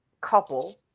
couple